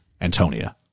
Antonia